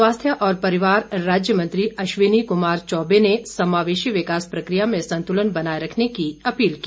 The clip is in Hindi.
स्वास्थ्य और परिवार राज्य मंत्री अश्विनी कुमार चौबे ने समावेशी विकास प्रक्रिया में संतुलन बनाये रखने की अपील की